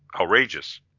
outrageous